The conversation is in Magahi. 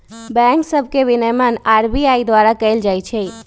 बैंक सभ के विनियमन आर.बी.आई द्वारा कएल जाइ छइ